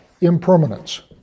impermanence